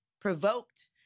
provoked